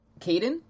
Caden